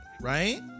right